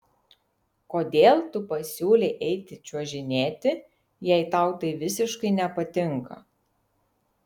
kodėl tu pasiūlei eiti čiuožinėti jei tau tai visiškai nepatinka